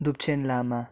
Dupchen Lama